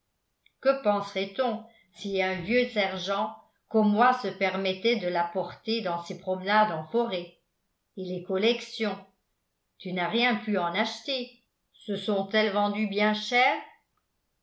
que penserait on si un vieux sergent comme moi se permettait de la porter dans ses promenades en forêt et les collections tu n'as rien pu en acheter se sont-elles vendues bien cher